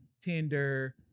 Tinder